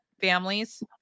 families